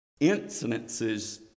incidences